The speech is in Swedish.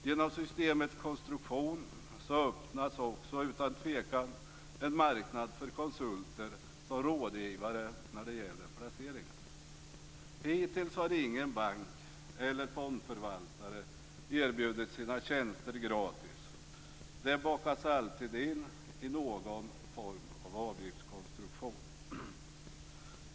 Genom systemets konstruktion öppnas också utan tvekan en marknad för konsulter som rådgivare när det gäller placeringar. Hittills har ingen bank eller fondförvaltare erbjudit sina tjänster gratis. Det bakas alltid in i någon form av avgiftskonstruktion.